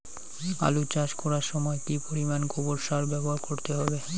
আলু চাষ করার সময় কি পরিমাণ গোবর সার ব্যবহার করতে হবে?